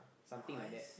something like that